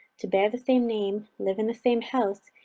to bear the same name, live in the same house,